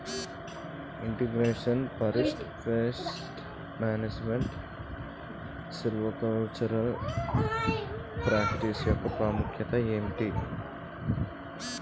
integration forest pest management silvicultural practice యెక్క ప్రాముఖ్యత ఏంటి